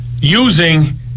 using